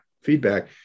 feedback